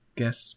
guess